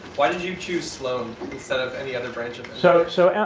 why did you choose sloan instead of any other branches? so so,